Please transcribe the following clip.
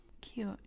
cute